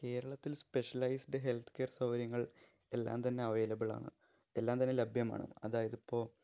കേരളത്തില് specialised health care സൗകര്യങ്ങള് എല്ലാം തന്നെ അവേയിലബിളാണ് എല്ലാം തന്നെ ലഭ്യമാണ് അതായതിപ്പോള്